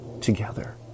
together